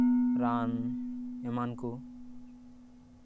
ᱨᱟᱱ ᱮᱢᱟᱱ ᱠᱚ